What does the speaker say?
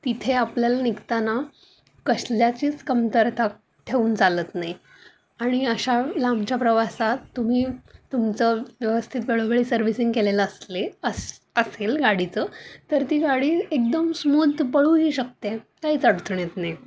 तिथे आपल्याला निघताना कशल्याचीच कमतरता ठेवून चालत नाही आणि अशा लांबच्या प्रवासात तुम्ही तुमचं व्यवस्थित वेळोवेळी सर्व्हिसिंग केलेलं असले अस असेल गाडीचं तर ती गाडी एकदम स्मूथ पळूही शकते काहीच अडचणी नाही